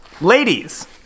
ladies